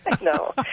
No